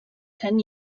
ten